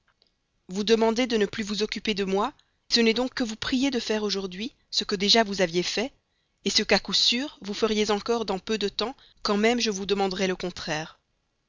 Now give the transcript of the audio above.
vous demander de ne plus vous occuper de moi ce n'est donc que vous prier de faire aujourd'hui ce que déjà vous aviez fait ce qu'à coup sûr vous feriez encore dans peu de temps quand même je vous demanderais le contraire